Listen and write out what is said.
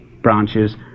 branches